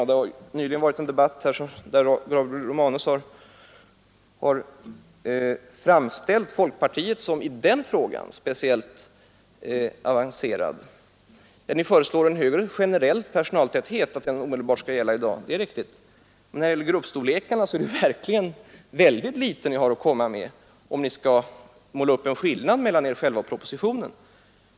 Gabriel Romanus har nyss i debatten framställt folkpartiet som i den frågan speciellt avancerat. Ni föreslår att en högre generell personaltäthet omedelbart skall gälla, men beträffande gruppstorlekarna är det väldigt litet ni har att komma med, om ni skall måla upp en skillnad mellan er själva och propositionen.